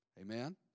Amen